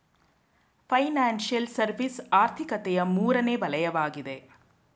financial service ಆರ್ಥಿಕತೆಯ ಮೂರನೇ ವಲಯವಗಿದೆ